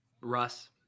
Russ